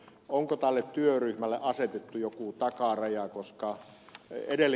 onko tälle työryhmälle asetettu joku takaraja